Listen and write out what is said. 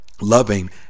loving